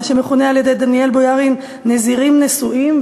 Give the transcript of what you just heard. מה שמכונה על-ידי דניאל בויארין "נזירים נשואים",